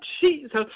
Jesus